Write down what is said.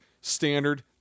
standard